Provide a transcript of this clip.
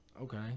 Okay